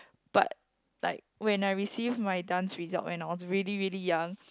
but like when I receive my dance result when I was really really young